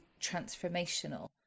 transformational